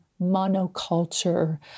monoculture